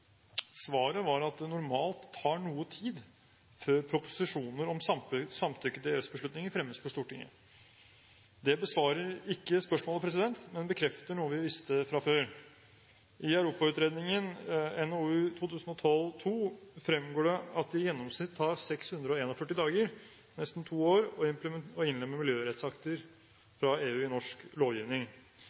Svaret var at det normalt tar noe tid før proposisjoner om samtykke til EØS-beslutninger fremmes for Stortinget. Det besvarer ikke spørsmålet, men bekrefter noe vi visste fra før. I Europautredningen NOU 2012 :2 fremgår det at det i gjennomsnitt tar 641 dager, nesten to år, å innlemme miljørettsakter fra EU i norsk lovgivning.